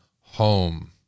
home